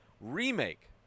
remake